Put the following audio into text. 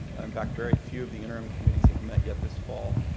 in fact, very few of the interim committees have met yet this fall.